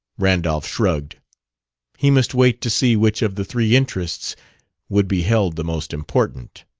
randolph shrugged he must wait to see which of the three interests would be held the most important.